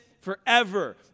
forever